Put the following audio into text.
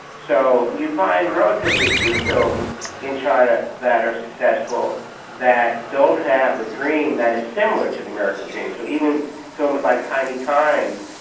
so you find relatively few films in china that are successful that don't have a dream that is similar to the american dream. so even films like tiny times,